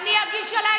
אני לא שומעת.